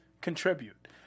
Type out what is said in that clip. contribute